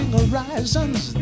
horizons